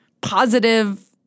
positive